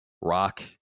rock